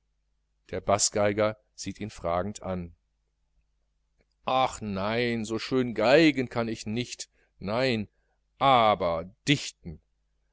der baßgeiger sieht ihn fragend an ach nein so schön geigen kann ich nicht nein aber dichten